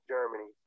Germany